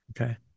Okay